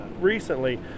recently